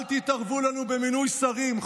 אל תתערבו לנו במינוי שרים.